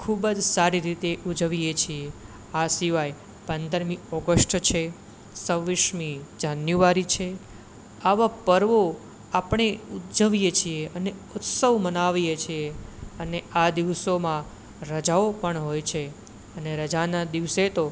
ખૂબ જ સારી રીતે ઉજવીએ છીએ આ સિવાય પંદરમી ઓગષ્ટ છે છવ્વીસમી જાન્યુઆરી છે આવા પર્વો આપણે ઉજવીએ છીએ અને ઉત્સવ મનાવીએ છીએ અને આ દિવસોમાં રજાઓ પણ હોય છે અને રજાના દિવસે તો